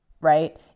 right